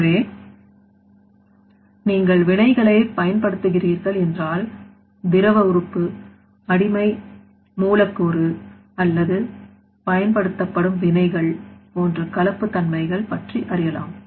எனவே நீங்கள் வினைகளை பயன்படுத்துகிறீர்கள் என்றால் திரவ உறுப்பு அடிமை மூலக்கூறு அல்லது பயன்படுத்தப்படும் வினைகள் போன்ற கலப்பு தன்மைகள் பற்றி அறியலாம்